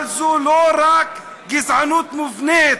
אבל זו לא רק גזענות מובנית,